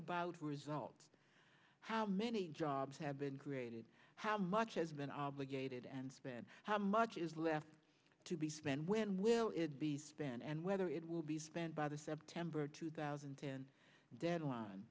about results how many jobs have been created how much has been obligated and spent how much is left to be spent when will it be and whether it will be spent by the september two thousand and ten deadline